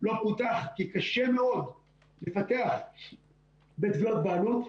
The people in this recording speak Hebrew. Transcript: לא פותח כי קשה מאוד לפתח בתביעות בעלות.